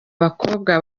bakobwa